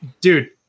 Dude